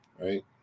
Right